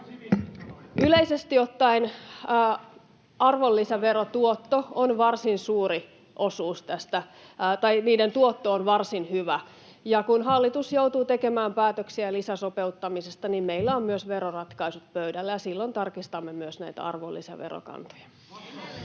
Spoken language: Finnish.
Yleisesti ottaen arvonlisäverotuotto on varsin suuri osuus tästä, tai niiden tuotto on varsin hyvä, ja kun hallitus joutuu tekemään päätöksiä lisäsopeuttamisesta, niin meillä on myös veroratkaisut pöydällä. Silloin tarkistamme myös näitä arvonlisäverokantoja.